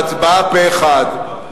בהצבעה פה-אחד,